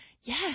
Yes